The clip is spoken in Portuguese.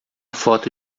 foto